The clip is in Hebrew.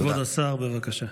כבוד השר, בבקשה.